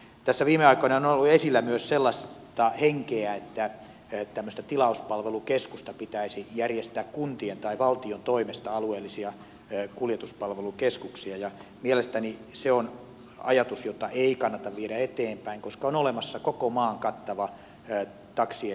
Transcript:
tässä viime aikoina on ollut esillä myös sellaista henkeä että tämmöisiä alueellisia kuljetuspalvelukeskuksia pitäisi järjestää kuntien tai valtion toimesta ja mielestäni se on ajatus jota ei kannata viedä eteenpäin koska on olemassa koko maan kattava taksien tilauspalvelukeskus